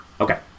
Okay